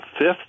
fifth